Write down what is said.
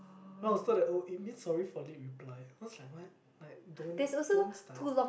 no so that oh it means sorry for late reply sounds like what like don't don't start